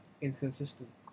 inconsistent